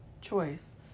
choice